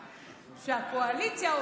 שהקואליציה,